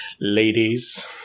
ladies